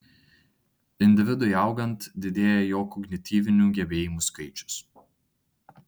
individui augant didėja jo kognityvinių gebėjimų skaičius